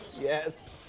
Yes